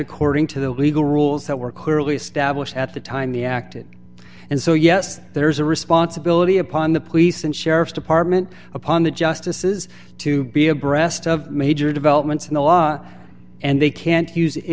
according to the legal rules that were clearly established at the time they acted and so yes there is a responsibility upon the police and sheriff's department upon the justices to be abreast of major developments in the law and they can't use